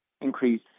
increase